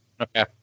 Okay